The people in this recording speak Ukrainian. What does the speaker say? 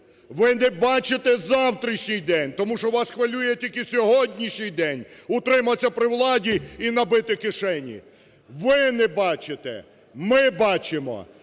Ви не бачите завтрашній день, тому що вас хвилює тільки сьогоднішній день, утриматися при владі і набити кишені. Ви не бачите, ми бачимо,